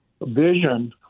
vision